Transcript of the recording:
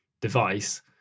device